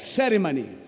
ceremony